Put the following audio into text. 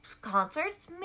concerts